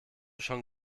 schon